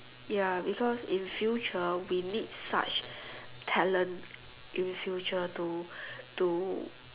ya because in future we need such talent in future to to